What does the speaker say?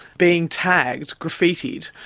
being tagged, graffitied,